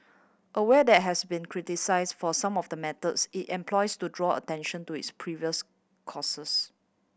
aware there has been criticised for some of the methods it employs to draw attention to its previous causes